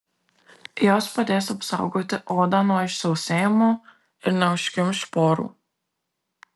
jos padės apsaugoti odą nuo išsausėjimo ir neužkimš porų